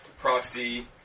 Proxy